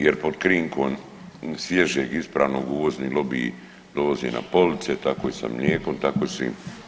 Jer pod krinkom svježeg ispravnog uvozni lobi dovoze na police tako i sa mlijekom, tako i sa svim.